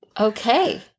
Okay